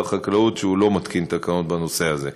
החקלאות שהוא לא מתקין תקנות בנושא הזה.